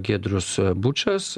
giedrius bučas